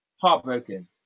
heartbroken